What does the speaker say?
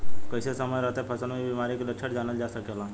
कइसे समय रहते फसल में बिमारी के लक्षण जानल जा सकेला?